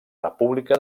república